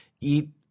eat